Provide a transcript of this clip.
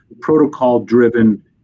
protocol-driven